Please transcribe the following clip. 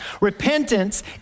Repentance